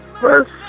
first